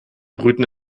brüten